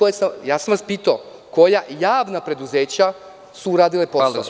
Ja sam vas pitao – koja javna preduzeća su uradila posao?